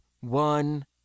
one